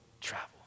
travel